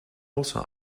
also